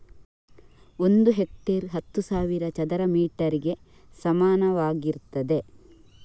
ಒಂದು ಹೆಕ್ಟೇರ್ ಹತ್ತು ಸಾವಿರ ಚದರ ಮೀಟರ್ ಗೆ ಸಮಾನವಾಗಿರ್ತದೆ